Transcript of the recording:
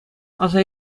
аса